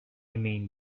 mean